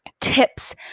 tips